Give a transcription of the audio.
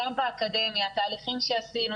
גם באקדמיה תהליכים שעשינו,